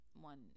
one